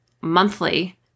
monthly